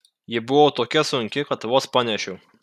ji buvo tokia sunki kad vos panešiau